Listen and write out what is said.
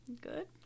good